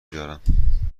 دارم